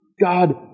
God